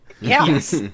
Yes